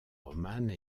romane